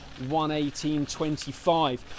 118.25